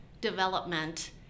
development